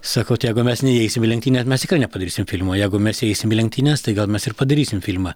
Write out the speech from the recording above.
sakau tai jeigu mes neįeisim į lenktynes mes nepadarysim filmo jeigu mes įeisim į lenktynes tai gal mes ir padarysim filmą